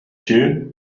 june